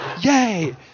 Yay